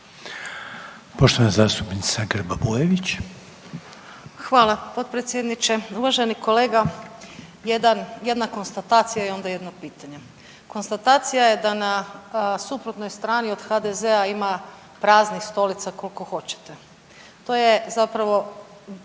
Poštovana zastupnica Grba Bujević.